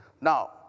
Now